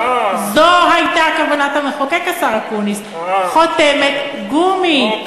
זו הייתה כוונת המחוקק, השר אקוניס, חותמת גומי.